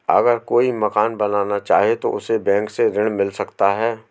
अगर कोई मकान बनाना चाहे तो उसे बैंक से ऋण मिल सकता है?